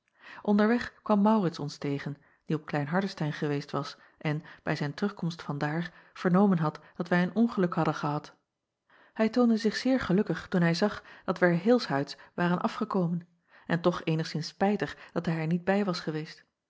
nderweg kwam aurits ons tegen die op lein ardestein geweest was en bij zijn terugkomst vandaar vernomen had dat wij een ongeluk hadden gehad ij toonde zich zeer gelukkig toen hij zag dat wij er heelshuids waren afgekomen en toch eenigszins spijtig dat hij er niet bij was geweest